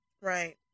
right